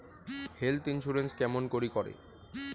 Health insurance কেমন করি করে?